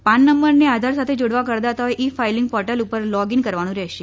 પાન નંબરને આધાર સાથે જોડવા કરદાતાએ ઈ ફાઈલીંગ પોર્ટલ ઉપર લોગ ઈન કરવાનું રહેશે